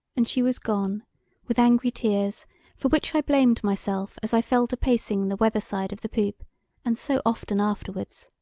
and she was gone with angry tears for which i blamed myself as i fell to pacing the weather side of the poop and so often afterwards!